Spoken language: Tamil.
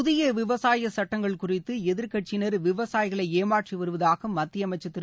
புதிய விவசாய சட்டங்கள் குறித்து எதிர்க்கட்சியினர் விவசாயிகளை ஏமாற்றி வருவதாக மத்திய அமைச்சர் திரு